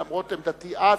למרות עמדתי אז,